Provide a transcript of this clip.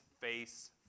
face